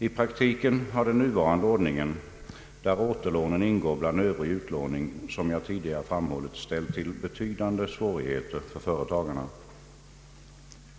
I praktiken har den nuvarande ordningen, där återlånen ingår bland ”övrig utlåning”, som jag tidigare framhållit ställt till betydande svårigheter för företagarna.